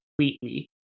completely